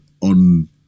on